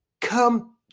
come